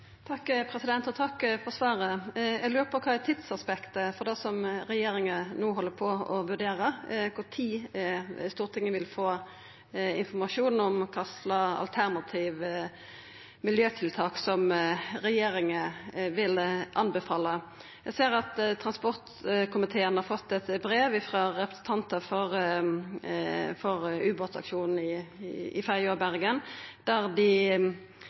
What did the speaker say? Takk for svaret. Eg lurar på kva som er tidsaspektet for det som regjeringa no held på å vurdera, kva tid Stortinget vil få informasjon om kva slags alternative miljøtiltak som regjeringa vil anbefala. Eg ser at transportkomiteen har fått eit brev ifrå representantar for ubåtaksjonen i Fedje og Bergen, der dei